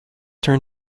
turn